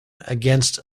against